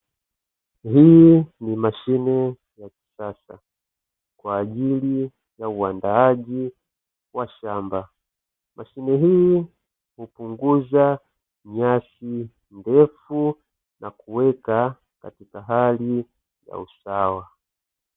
Hii ni mashine ya kisasa kwa ajili ya uandaaji wa shamba, mashine hii hupunguza nyasi ndefu na kuweka katika hali ya usawa.